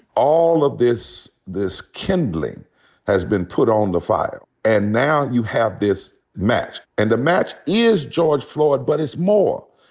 all of this this kindling has been put on the fire. and now you have this match. and the match is george floyd, but it's more.